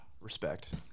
respect